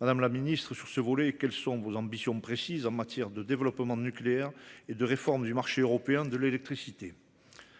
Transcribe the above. Madame la secrétaire d’État, sur ce volet, quelles sont vos ambitions précises, qu’il s’agisse du développement nucléaire ou de la réforme du marché européen de l’électricité ?